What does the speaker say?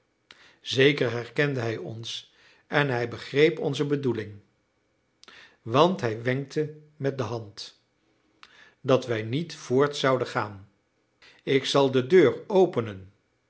zeker herkende hij ons en hij begreep onze bedoeling want hij wenkte met de hand dat wij niet voort zouden gaan ik zal de deur openen